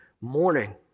morning